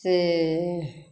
सेए